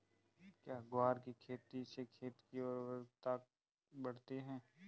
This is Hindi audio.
क्या ग्वार की खेती से खेत की ओर उर्वरकता बढ़ती है?